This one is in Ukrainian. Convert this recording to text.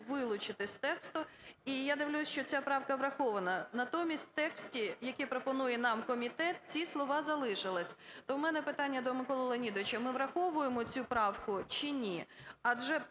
вилучити з тексту. І я дивлюсь, що ця правка врахована. Натомість в тексті, який пропонує нам комітет, ці слова залишились. То в мене питання до Миколи Леонідовича, ми враховуємо цю правку чи ні?